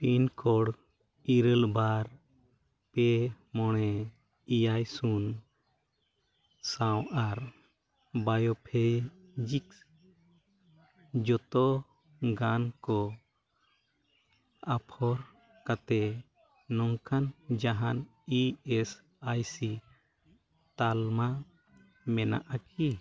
ᱤᱨᱟᱹᱞ ᱵᱟᱨ ᱯᱮ ᱢᱚᱬᱮ ᱮᱭᱟᱭ ᱥᱩᱱ ᱥᱟᱶ ᱟᱨ ᱡᱚᱛᱚ ᱜᱟᱱ ᱠᱚ ᱚᱯᱷᱟᱨ ᱠᱟᱛᱮᱫ ᱱᱚᱝᱠᱟᱱ ᱡᱟᱦᱟᱱ ᱛᱟᱞᱢᱟ ᱢᱮᱱᱟᱜᱼᱟ ᱠᱤ